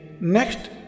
next